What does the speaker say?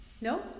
No